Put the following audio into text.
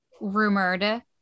rumored